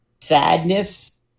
sadness